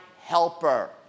helper